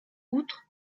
outre